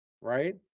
right